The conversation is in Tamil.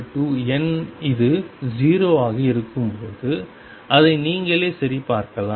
m≠n இது 0 ஆக இருக்கும்போது அதை நீங்களே சரிபார்க்கலாம்